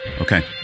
Okay